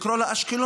לקרוא לה אשקלון.